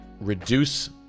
reduce